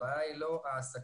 הבעיה היא לא ההעסקה,